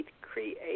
create